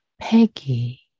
Peggy